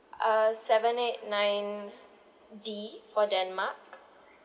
uh seven eight nine D for denmark